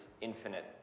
infinite